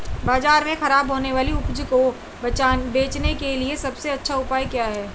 बाजार में खराब होने वाली उपज को बेचने के लिए सबसे अच्छा उपाय क्या है?